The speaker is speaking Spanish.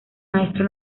maestro